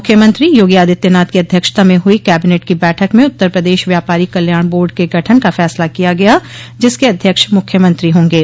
मुख्यमंत्री योगो आदित्यनाथ की अध्यक्षता में हुई कैबिनेट की बैठक में उत्तर प्रदेश व्यापारी कल्याण बोर्ड के गठन का फैसला किया गया जिसके अध्यक्ष मुख्यमंत्री होंगे